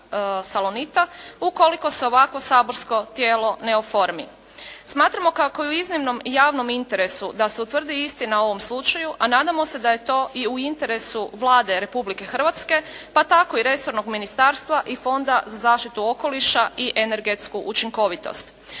ukoliko se ovakvo saborsko tijelo ne oformi. Smatramo kako je u iznimnom javnom interesu da se utvrdi istina u ovom slučaju, a nadamo se da je to i u interesu Vlade Republike Hrvatske pa tako i resornog ministarstva i fonda za zaštitu okoliša i energetsku učinkovitost.